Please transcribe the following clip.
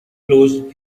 closed